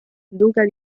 duca